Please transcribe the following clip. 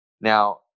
Now